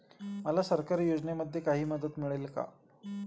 मला सरकारी योजनेमध्ये काही मदत मिळेल का?